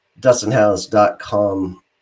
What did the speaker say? dustinhouse.com